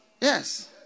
Yes